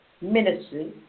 ministry